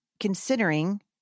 considering